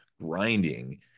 grinding